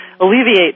alleviate